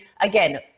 Again